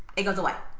it goes away.